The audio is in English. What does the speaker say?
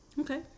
Okay